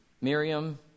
Miriam